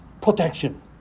Protection